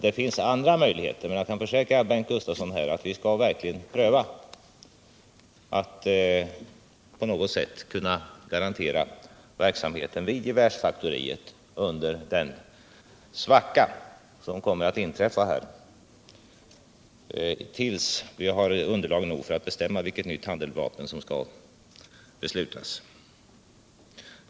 Det finns andra möjligheter, och jag kan Försvarspolitiken, försäkra Bengt Gustavsson att vi verkligen skall pröva att på något sätt kunna garantera verksamheten vid gevärsfaktoriet under den svacka som kommer att inträffa här, tills vi har underlag nog för att bestämma vilket nytt handeldvapen som skall beslutas om.